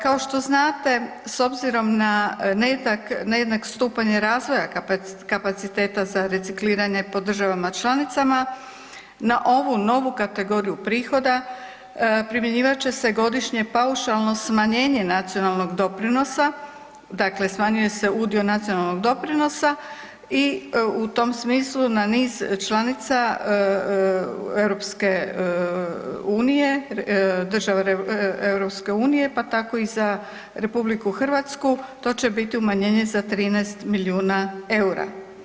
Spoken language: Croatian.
Kao što znate s obzirom na nejednak stupanj razvoja kapaciteta za recikliranje po državama članicama na ovu novu kategoriju prihoda primjenjivat će se godišnje paušalno smanjenje nacionalnog doprinosa, dakle smanjuje se udio nacionalnog doprinosa i u tom smislu na niz članica EU, država EU pa tako i za RH to će biti umanjenje za 13 milijuna eura.